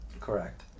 Correct